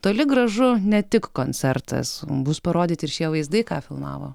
toli gražu ne tik koncertas bus parodyti ir šie vaizdai ką filmavo